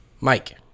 Mike